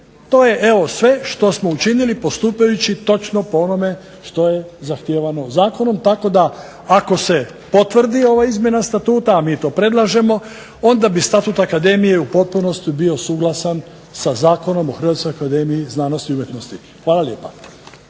To je evo sve što smo učinili postupajući točno po onome što je zahtijevano zakonom. Tako da ako se potvrdi ova izmjena Statuta, a mi predlažemo, onda bi Statut akademije u potpunosti bio suglasan sa Zakonom o Hrvatskoj akademiji za znanost i umjetnost. Hvala lijepa.